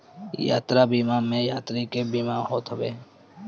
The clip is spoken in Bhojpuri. यात्रा बीमा में यात्री के बीमा होत हवे